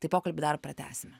tai pokalbį dar pratęsime